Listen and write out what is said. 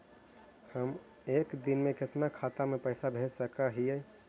हम एक दिन में कितना खाता में पैसा भेज सक हिय?